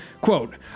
Quote